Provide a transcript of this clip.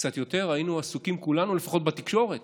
קצת יותר, היינו עסוקים כולנו, לפחות בתקשורת,